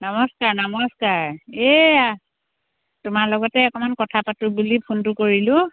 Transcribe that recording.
নমস্কাৰ নমস্কাৰ এয়া তোমাৰ লগতে অকণমান কথা পাতোঁ বুলি ফোনটো কৰিলোঁ